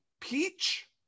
peach